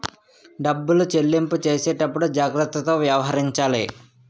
డబ్బులు చెల్లింపు చేసేటప్పుడు జాగ్రత్తతో వ్యవహరించాలి